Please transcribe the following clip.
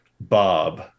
Bob